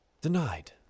denied